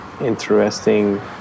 interesting